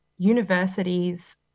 universities